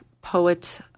poet